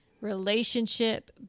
relationship